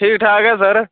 ठीक ठाक ऐ सर